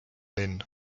linn